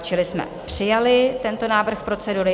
Čili jsme přijali tento návrh procedury.